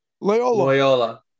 Loyola